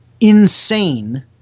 insane